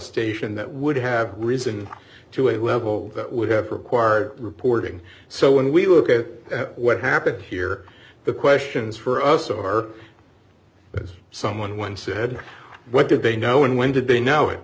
station that would have risen to a level that would have required reporting so when we look at what happened here the questions for us or as someone once said what did they know and when did they know it